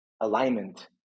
alignment